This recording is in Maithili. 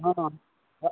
हँ